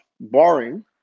barring